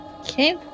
Okay